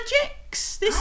magics